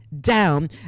down